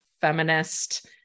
feminist